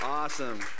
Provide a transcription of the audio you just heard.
awesome